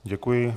Děkuji.